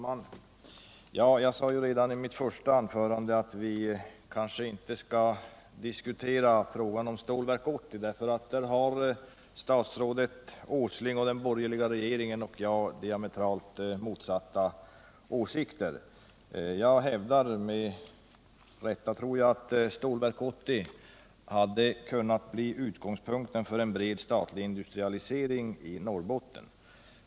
Herr talman! Jag sade redan i mitt första anförande att vi kanske inte skall diskutera frågan om Stålverk 80, därför att den har statsrådet Åsling och den borgerliga regeringen och jag diametralt motsatta åsikter om. Jag hävdar, med rätta, att Stålverk 80 hade kunnat bli utgångspunkten för en bred statlig industrialisering i Norrbotten.